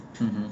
mmhmm